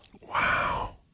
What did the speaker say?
Wow